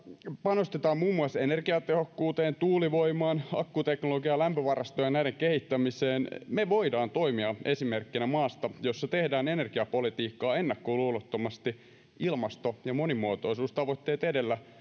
panostetaan muun muassa energiatehokkuuteen tuulivoimaan akkuteknologiaan lämpövarastoihin ja näiden kehittämiseen me voimme toimia esimerkkinä maasta jossa tehdään energiapolitiikkaa ennakkoluulottomasti ilmasto ja monimuotoisuustavoitteet edellä